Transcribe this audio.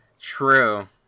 True